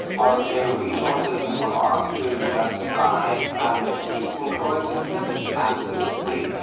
are there resources in koran to justify having a peaceful coexistence? absolutely.